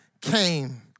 came